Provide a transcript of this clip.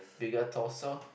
bigger torso